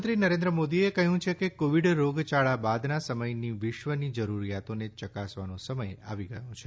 પ્રધાનમંત્રી નરેન્દ્ર મોદીએ કહ્યું કે કોવિડ રોગયાળા બાદના સમયની વિશ્વની જરૂરીયાતોને યકાસવાનો સમય આવી ગયો છે